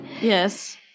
Yes